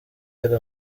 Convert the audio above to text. yari